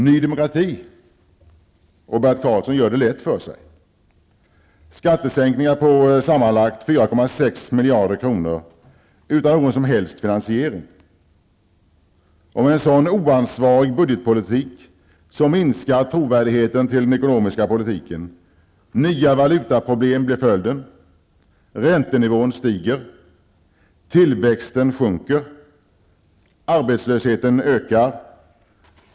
Ny Demokrati och Bert Karlsson gör det lätt för sig och föreslår skattesänkningar på sammanlagt 4,6 miljarder kronor utan någon som helst finansiering. Med en sådan oansvarig budgetpolitik minskar trovärdigheten till den ekonomiska politiken. Nya valutaproblem blir följden. Räntenivån stiger. Tillväxten sjunker. Arbetslösheten ökar.